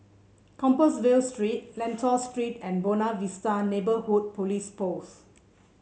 Compassvale Street Lentor Street and Buona Vista Neighbourhood Police Post